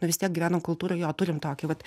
nu vis tiek gyvenam kultūroj jo turim tokį vat